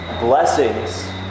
blessings